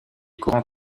courants